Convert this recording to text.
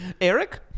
Eric